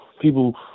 people